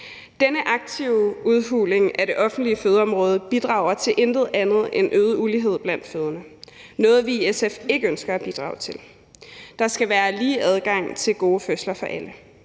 Denne aktive udhuling af det offentlige fødeområde bidrager til intet andet end øget ulighed blandt fødende; noget, vi i SF ikke ønsker at bidrage til. Der skal være lige adgang til gode fødsler for alle.